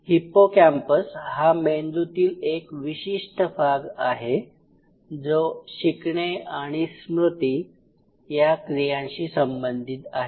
hippocampus हा मेंदूतील एक विशिष्ट भाग आहे जो "शिकणे आणि स्मृती" या क्रियांशी संबंधित आहे